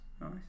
nice